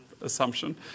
assumption